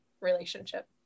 relationship